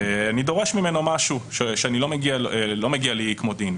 ואני דורש ממנו משהו שלא מגיע לי כמו דין.